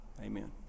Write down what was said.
Amen